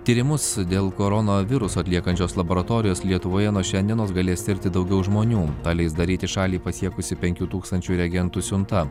tyrimus dėl koronaviruso atliekančios laboratorijos lietuvoje nuo šiandienos galės tirti daugiau žmonių tą leis daryti šalį pasiekusi penkių tūkstančių reagentų siunta